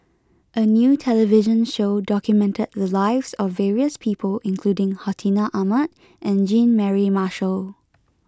a new television show documented the lives of various people including Hartinah Ahmad and Jean Mary Marshall